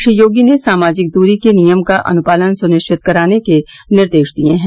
श्री योगी ने सामाजिक दूरी के नियम का अनुपालन सुनिश्चित कराने के निर्देश दिए हैं